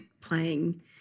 playing